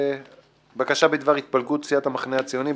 בקשה בדבר התפלגות סיעת המחנה הציוני,